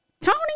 tony